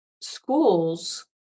schools